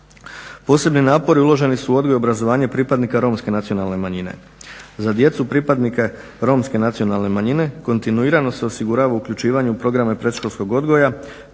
Posebni napori uloženi su u odgoj i obrazovanje pripadnika romske nacionalne manjine. Za djecu pripadnike romske nacionalne manjine kontinuirano se osigurava uključivanje u programe predškolskog odgoja